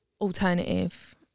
alternative